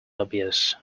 obvious